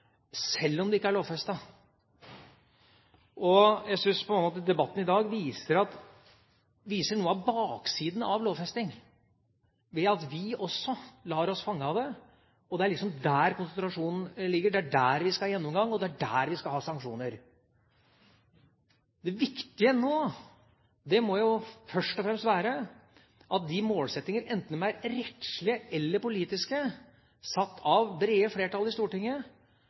selv om det ikke er lovfestet. Jeg syns på mange måter at debatten i dag viser noe av baksiden av lovfestingen ved at vi også lar oss fange av det, det er liksom der konsentrasjonen ligger, det er der vi skal ha en gjennomgang, og det er der vi skal ha sanksjoner. Det viktige nå må først og fremst være at de målsettingene, enten de er rettslige eller politiske, satt av brede flertall i Stortinget,